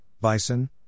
bison